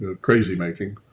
crazy-making